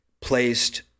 placed